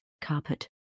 carpet